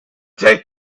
take